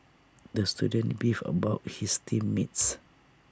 the student beefed about his team mates